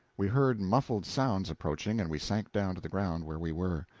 we heard muffled sounds approaching, and we sank down to the ground where we were.